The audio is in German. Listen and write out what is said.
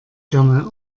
gerne